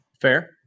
Fair